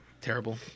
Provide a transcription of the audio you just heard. terrible